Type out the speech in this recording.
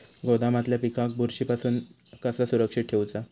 गोदामातल्या पिकाक बुरशी पासून कसा सुरक्षित ठेऊचा?